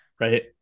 Right